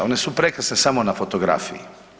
One su prekrasne samo na fotografiji.